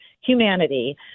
humanity